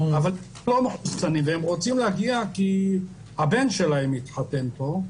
אבל אם הם לא מחוסנים והם רוצים להגיע כי הבן שלהם מתחתן פה,